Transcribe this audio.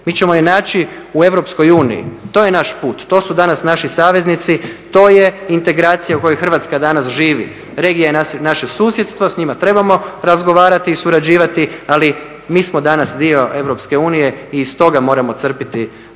mi ćemo je naći u EU, to je naš put, to su danas naši saveznici, to je integracija u kojoj Hrvatska danas živi. Regija je naše susjedstvo, s njima trebamo razgovarati i surađivati, ali mi smo danas dio EU i iz toga moramo crpiti